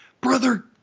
Brother